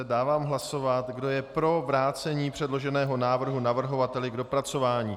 Dávám hlasovat, kdo je pro vrácení předloženého návrhu navrhovateli k dopracování.